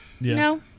no